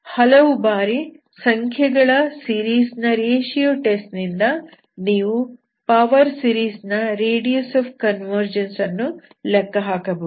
ಹಲವು ಬಾರಿ ಸಂಖ್ಯೆಗಳ ಸೀರೀಸ್ ನ ರೇಶಿಯೋ ಟೆಸ್ಟ್ ನಿಂದ ನೀವು ಪವರ್ ಸೀರೀಸ್ ನ ರೇಡಿಯಸ್ ಆಫ್ ಕನ್ವರ್ಜನ್ಸ್ ಅನ್ನು ಲೆಕ್ಕಹಾಕಬಹುದು